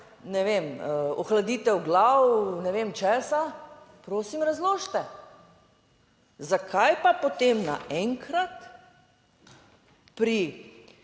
ne vem, ohladitev glav, ne vem česa? Prosim, razložite! Zakaj pa, potem na enkrat pri